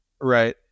right